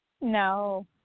No